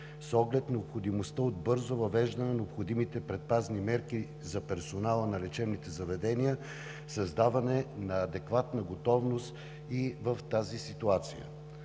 с оглед необходимостта от бързо въвеждане на необходимите предпазни мерки за персонала на лечебните заведения, създаване на адекватна готовност и в тази ситуация.